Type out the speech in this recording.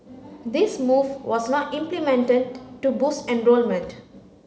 this move was not implemented to boost enrolment